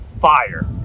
fire